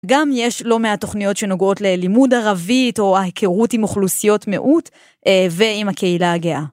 גם יש לא מעט תוכניות שנוגעות ללימוד ערבית או ההיכרות עם אוכלוסיות מיעוט, ועם הקהילה הגאה.